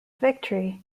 victory